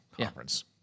conference